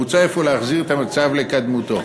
מוצע אפוא להחזיר את המצב לקדמותו.